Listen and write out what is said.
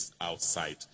outside